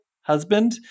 husband